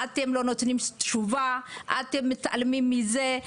אתם לא נותנים תשובה, אתם מתעלמים מזה.